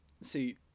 see